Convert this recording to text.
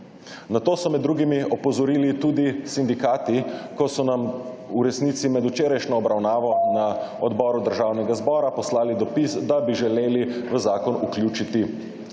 Na to so med drugimi opozorili tudi sindikati, ko so nam v resnici med včerajšnjo obravnavo na odboru Državnega zbora poslali dopis, da bi želeli v zakon vključiti